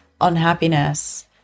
unhappiness